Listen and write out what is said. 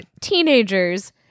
teenagers